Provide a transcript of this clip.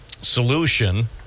solution